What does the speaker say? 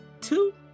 Two